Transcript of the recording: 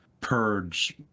purge